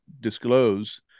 disclose